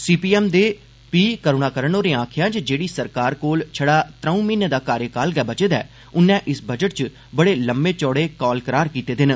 C P M दे P Karunakaran होरें आक्खेआ जे जेड़ी सरकार कोल छड़ा त्रौंऊ म्हीनें दा कार्यकाल गै बचे दा ऐ उन्नै इस बजट च बड़े लम्मे चौड़े कौल करार कीते दे न